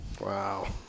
Wow